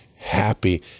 happy